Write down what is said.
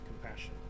compassion